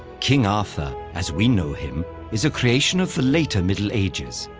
king arthur as we know him is a creation of the later middle ages,